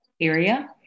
area